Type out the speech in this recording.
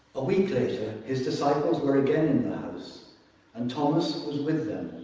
a week later his disciples were again in the house and thomas was with them.